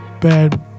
bad